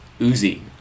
Uzi